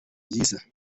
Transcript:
ryiza